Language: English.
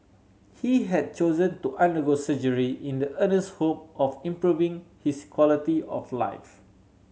he had chosen to undergo surgery in the earnest hope of improving his quality of life